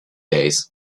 days